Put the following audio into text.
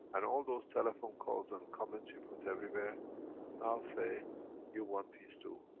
and all those telephone calls and comments you put everywhere now say you, want peace too.